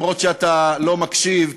למרות שאתה לא מקשיב,